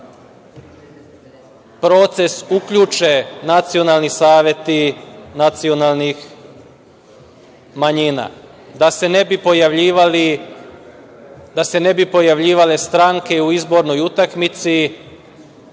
proces uključe Nacionalni saveti nacionalnih manjina, da se ne bi pojavljivale stranke u izbornoj utakmici